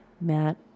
Matt